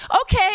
Okay